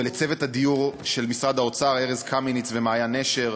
ולצוות הדיור של משרד האוצר: ארז קמיניץ ומעיין נשר,